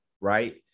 right